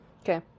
okay